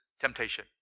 temptation